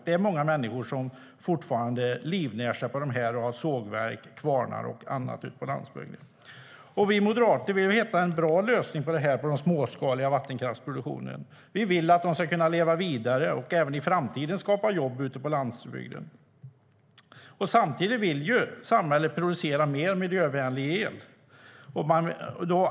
Det är många människor som fortfarande livnär sig på dem och har sågverk, kvarnar och annat ute på landsbygden. Vi moderater vill hitta en bra lösning för den småskaliga vattenkraftsproduktionen. Vi vill att den ska kunna leva vidare och även i framtiden skapa jobb ute på landsbygden. Samtidigt vill samhället producera mer miljövänlig el.